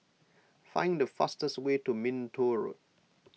find the fastest way to Minto Road